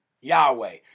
Yahweh